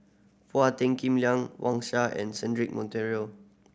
Paul Tan Kim Liang Wang Sha and Cedric Monteiro